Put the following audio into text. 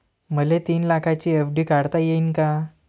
मले तीन लाखाची एफ.डी काढता येईन का?